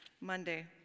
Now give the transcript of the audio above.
Monday